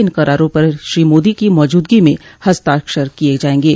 इन करारों पर श्री मोदी की मौजूदगी में हस्ताक्षर किये जायें गे